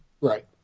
Right